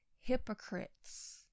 hypocrites